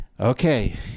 okay